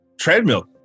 treadmill